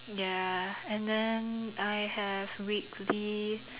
ya and then I have weekly